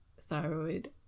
thyroid